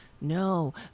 no